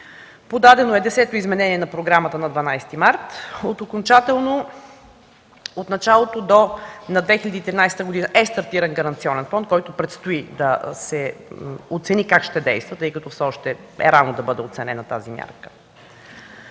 подадено е Десето изменение на програмата на 12 март тази година, от началото на 2013 г. е стартиран гаранционен фонд, който предстои да се оцени как ще действа, тъй като все още е рано да бъде оценена тази мярка.